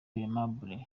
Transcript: aimable